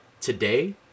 today